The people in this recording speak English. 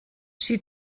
she